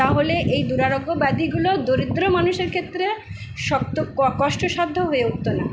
তাহলে এই দুরারোগ্য ব্যাধিগুলো দরিদ্র মানুষের ক্ষেত্রে শক্ত কষ্টসাধ্য হয়ে উঠতো না